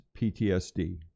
PTSD